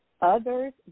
Others